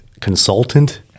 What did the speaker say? consultant